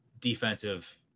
defensive